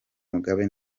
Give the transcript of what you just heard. mugabe